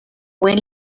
buen